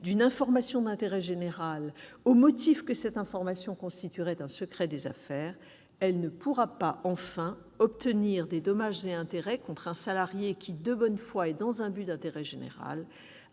d'une information d'intérêt général au motif que cette information constituerait un secret des affaires. Elle ne pourra pas, enfin, obtenir des dommages et intérêts d'un salarié qui, de bonne foi et dans un but d'intérêt général,